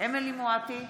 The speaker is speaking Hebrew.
אמילי חיה מואטי,